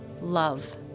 Love